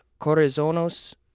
Corazonos